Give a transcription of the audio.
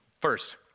First